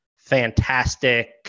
fantastic